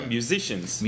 Musicians